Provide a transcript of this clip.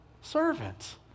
servant